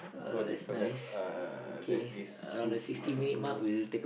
what do you called that uh that is super